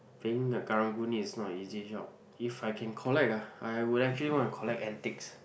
I think the Karang-Guni is not a easy job if I can collect ah I would actually want to collect antiques